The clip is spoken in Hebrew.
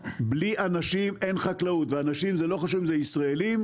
בלי אנשים אין חקלאות, ולא חשוב אם אלה ישראלים,